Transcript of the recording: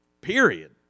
period